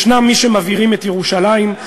יש מי שמבעירים את ירושלים,